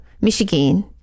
Michigan